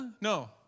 No